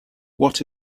what